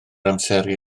amseru